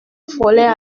frôlait